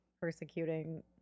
persecuting